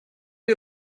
you